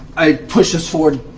i push us forward.